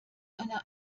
einer